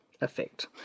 effect